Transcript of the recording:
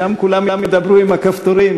שם כולם ידברו עם הכפתורים.